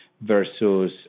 versus